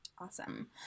Awesome